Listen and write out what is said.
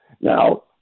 Now